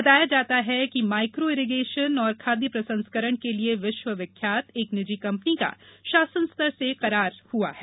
बताया जाता है कि माइक्रो इरीगेशन एवं खाद्य प्रसंस्करण के लिए विश्व विख्यात एक निजी कंपनी का शासन स्तर से करार इसके लिए हुआ है